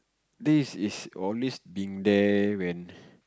this is always been there when